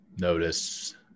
Notice